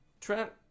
Trent